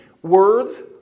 Words